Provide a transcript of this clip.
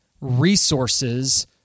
resources